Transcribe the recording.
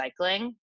recycling